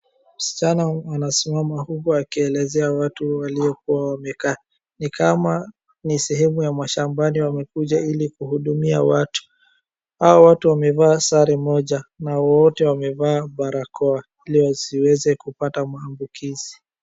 Msichana amesimama huku akielezea watu walio kuwa wamekaa ni kama ni sehemu ya mashambani wamekuja ili kuhudumia watu. Hao watu wamevaa sare moja na wote wamevaa barakoa ili wasiweze kupata maambukizi.